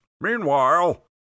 Meanwhile